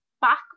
back